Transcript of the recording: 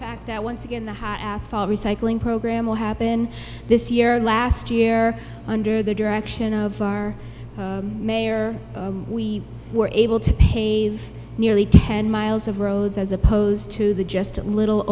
fact that once again the hot asphalt recycling program will happen this year or last year under the direction of our mayor we were able to pave nearly ten miles of roads as opposed to the just a little